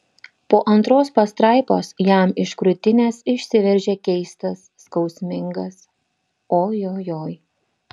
po antros pastraipos jam iš krūtinės išsiveržė keistas skausmingas ojojoi